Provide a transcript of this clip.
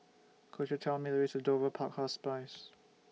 Could YOU Tell Me The Way to Dover Park Hospice